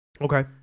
Okay